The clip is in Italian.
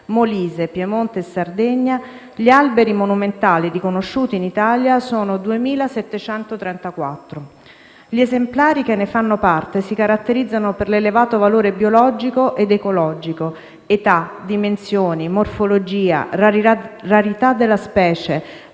Molise, Piemonte e Sardegna) gli alberi monumentali riconosciuti in Italia sono 2.734. Gli esemplari che ne fanno parte si caratterizzano per l'elevato valore biologico ed ecologico (età, dimensioni, morfologia, rarità della specie,